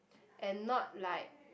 and not like